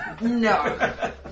No